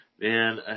man